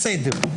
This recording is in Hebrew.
בסדר.